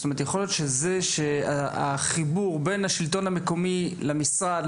זאת אומרת יכול להיות שזה שהחיבור בין השלטון המקומי למשרד,